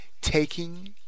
taking